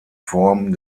form